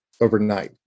overnight